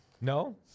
No